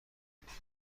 میکند